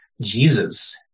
Jesus